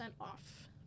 off